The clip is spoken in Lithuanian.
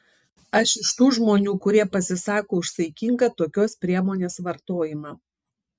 aš iš tų žmonių kurie pasisako už saikingą tokios priemonės vartojimą